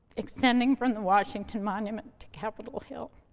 extending from the washington monument to capitol hill.